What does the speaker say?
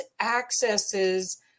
accesses